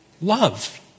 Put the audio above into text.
love